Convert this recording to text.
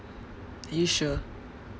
are you sure